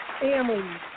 families